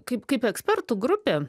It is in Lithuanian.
kaip kaip ekspertų grupė